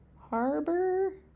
Harbor